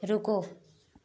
रुको